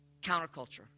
counterculture